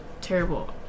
Terrible